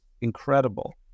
incredible